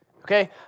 Okay